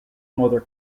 mother